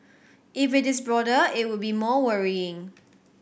if it is broader it would be more worrying